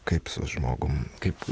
kaip su žmogum kaip